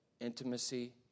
intimacy